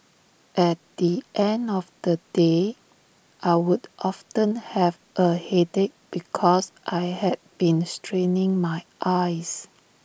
at the end of the day I would often have A headache because I had been straining my eyes